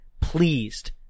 pleased